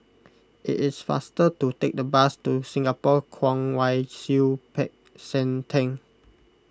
it is faster to take the bus to Singapore Kwong Wai Siew Peck San theng